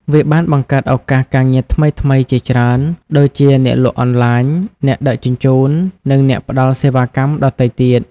វាបានបង្កើតឱកាសការងារថ្មីៗជាច្រើន ដូចជាអ្នកលក់អនឡាញ អ្នកដឹកជញ្ជូន និងអ្នកផ្តល់សេវាកម្មដទៃទៀត។